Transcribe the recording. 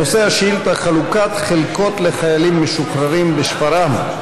נושא השאילתה: חלוקת חלקות לחיילים משוחררים בשפרעם.